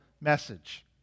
message